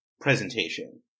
presentation